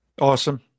Awesome